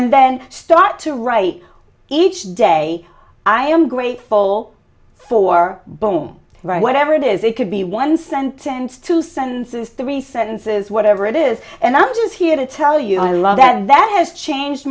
and then start to write each day i am grateful for boum write whatever it is it could be one sentence two sentences three sentences whatever it is and i was here to tell you i love that that has changed